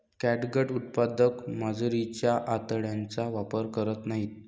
catgut उत्पादक मांजरीच्या आतड्यांचा वापर करत नाहीत